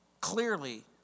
clearly